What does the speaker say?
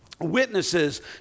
witnesses